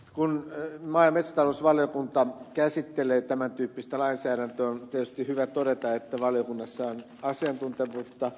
kun maa ja metsätalousvaliokunta käsittelee tämän tyyppistä lainsäädäntöä on tietysti hyvä todeta että valiokunnassa on asiantuntevuutta niin kuin ed